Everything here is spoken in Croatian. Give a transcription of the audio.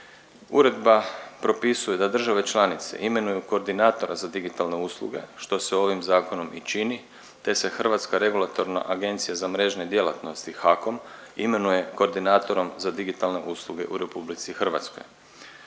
Uredba propisuje da države članice imenuju koordinatora za digitalne usluge što se ovim zakonom i čini te se Hrvatska regulatorna agencija za mrežne djelatnosti HAKOM imenuje koordinatorom za digitalne usluge u RH. Kako